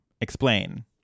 Explain